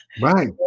Right